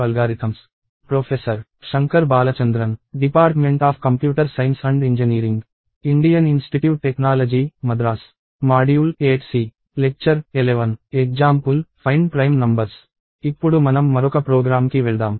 example find prime numbers ఇప్పుడు మనం మరొక ప్రోగ్రాం కి వెళ్దాం